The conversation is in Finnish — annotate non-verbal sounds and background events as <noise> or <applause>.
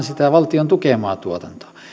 <unintelligible> sitä valtion tukemaa tuotantoa